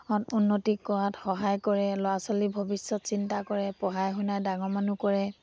উন্নতি কৰাত সহায় কৰে ল'ৰা ছোৱালীৰ ভৱিষ্যত চিন্তা কৰে পঢ়াই শুনাই ডাঙৰ মানুহ কৰে